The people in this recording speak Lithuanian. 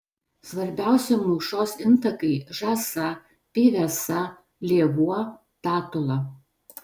svarbiausi mūšos intakai žąsa pyvesa lėvuo tatula